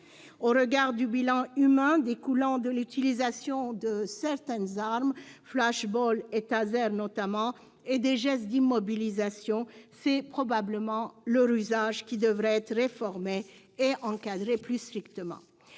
Au regard du bilan humain découlant de l'utilisation de certaines armes, Flash-Ball et Taser notamment, et des gestes d'immobilisation, c'est probablement leur usage qui devrait être réformé et encadré plus strictement.